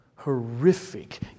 Horrific